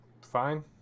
Fine